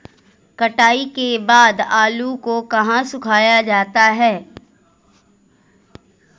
कटाई के बाद आलू को कहाँ सुखाया जाता है?